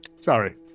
sorry